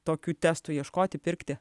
tokių testų ieškoti pirkti